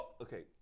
Okay